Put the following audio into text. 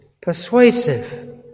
persuasive